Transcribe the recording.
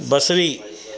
बसरी